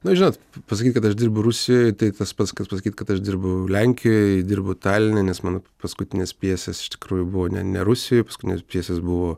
na žinot pasakyt kad aš dirbu rusijoj tai tas pats kas pasakyt kad aš dirbu lenkijoj dirbu taline nes mano paskutinės pjesės iš tikrųjų buvo ne ne rusijoj paskutinės pjesės buvo